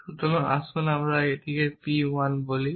সুতরাং আসুন এখন এটিকে P 1 বলি